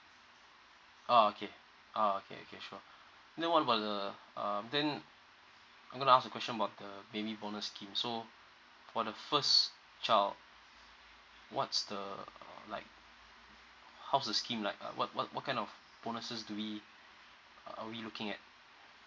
ah okay ah okay okay sure then what about the um thenI'm gonna ask the question about the baby bonus scheme so for the first child what's the like how's the scheme like uh what what what kind of bonuses do we are we looking at